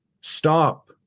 Stop